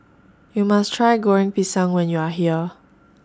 YOU must Try Goreng Pisang when YOU Are here